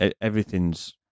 everything's